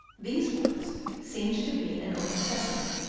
these words seemed to be an open sesame,